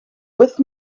with